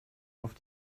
auf